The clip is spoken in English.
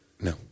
no